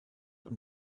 und